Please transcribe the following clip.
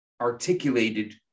articulated